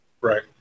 Right